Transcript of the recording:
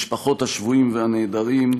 משפחות השבויים והנעדרים,